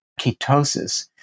ketosis